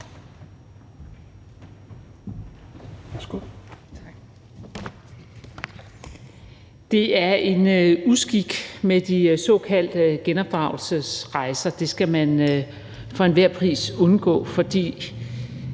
Det er en uskik med de såkaldte genopdragelsesrejser – det skal man for enhver pris undgå.